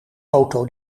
auto